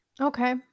Okay